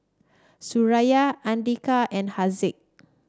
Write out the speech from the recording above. Suraya Andika and Haziq